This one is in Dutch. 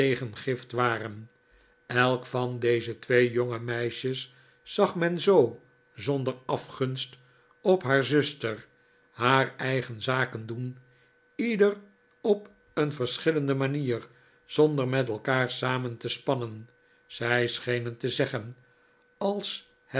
tegengift waren elk van deze twee jonge meisjes zag men zoo zonder afgunst op haar zuster haar eigen zaken doen ieder op een verschillende manier zonder met elkaar samen te spannen zij schenen te zeggen